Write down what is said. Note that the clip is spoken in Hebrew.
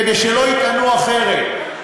כדי שלא יטענו אחרת,